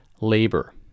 labor